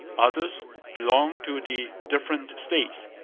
others belonged to the different states.